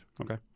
Okay